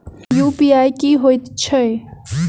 UPI की हएत छई?